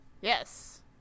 Yes